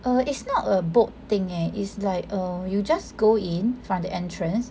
err it's not a boat thing leh is like err you just go in from the entrance